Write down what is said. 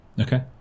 Okay